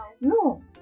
No